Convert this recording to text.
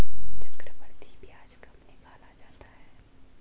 चक्रवर्धी ब्याज कब निकाला जाता है?